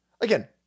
again